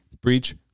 breach